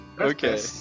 Okay